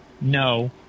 no